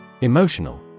Emotional